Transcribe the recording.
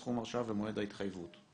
סכום ההרשאה ומועד ההתחייבות.